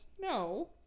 No